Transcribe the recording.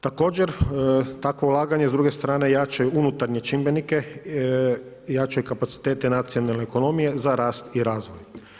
Također takvo ulaganje s druge strane jača unutarnje čimbenike, jača i kapacitete nacionalne ekonomije za rast i razvoj.